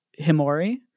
Himori